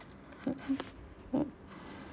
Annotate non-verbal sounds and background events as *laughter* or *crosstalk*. *laughs*